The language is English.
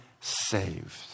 saved